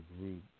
group